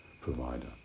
provider